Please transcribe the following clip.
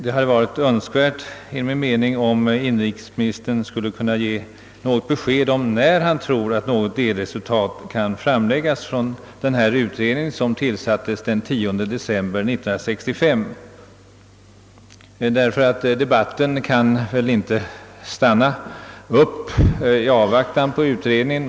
Det hade enligt min mening varit önskvärt om inrikesministern hade kunnat ge besked om när han tror att något delresultat kan framläggas av den utredning, som tillsattes den 10 december 1965, ty debatten kan väl inte stanna upp i avvaktan på utredningen.